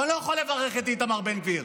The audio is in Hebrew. אבל אני לא יכול לברך את איתמר בן גביר.